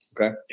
Okay